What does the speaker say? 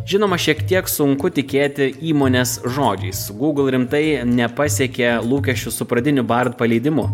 žinoma šiek tiek sunku tikėti įmonės žodžiais gūgl rimtai nepasekė lūkesčių su pradiniu bard paleidimu